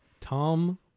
Tom